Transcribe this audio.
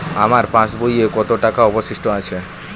আমার পাশ বইয়ে কতো টাকা অবশিষ্ট আছে?